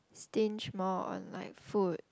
stinge more on like food